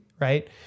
Right